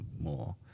more